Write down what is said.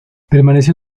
permaneció